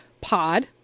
Pod